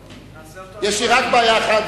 יש לי רק בעיה אחת,